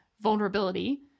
vulnerability